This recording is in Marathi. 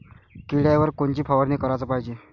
किड्याइवर कोनची फवारनी कराच पायजे?